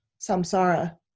samsara